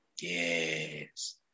Yes